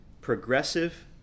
progressive